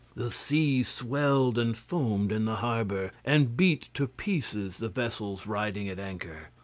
the sea swelled and foamed in the harbour, and beat to pieces the vessels riding at anchor.